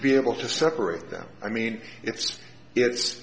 be able to separate them i mean it's it's